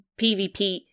PvP